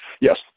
yes